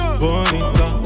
bonita